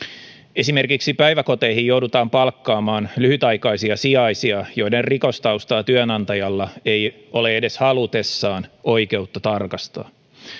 esimerkiksi päiväkoteihin joudutaan palkkaamaan lyhytaikaisia sijaisia joiden rikostaustaa työnantajalla ei ole edes halutessaan oikeutta tarkastaa